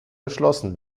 geschlossen